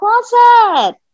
closet